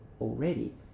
already